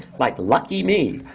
like, lucky me!